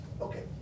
okay